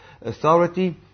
authority